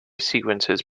sequences